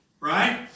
right